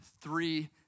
three